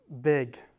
big